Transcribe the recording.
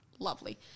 lovely